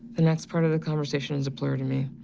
the next part of the conversation is a blur to me.